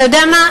אתה יודע מה?